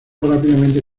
rápidamente